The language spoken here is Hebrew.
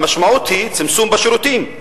המשמעות היא צמצום בשירותים.